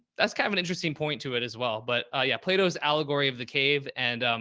that's kind of an interesting point to it as well, but, ah yeah, plato's allegory of the cave. and,